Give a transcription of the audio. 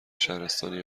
شهرستانی